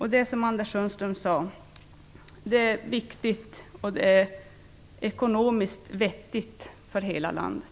Som Anders Sundström sade är det viktigt och ekonomiskt vettigt för hela landet.